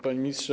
Panie Ministrze!